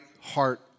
heart